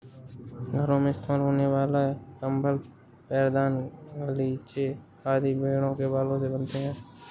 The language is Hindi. घरों में इस्तेमाल होने वाले कंबल पैरदान गलीचे आदि भेड़ों के बालों से बनते हैं